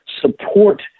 support